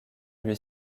lui